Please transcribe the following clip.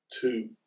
two